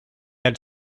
had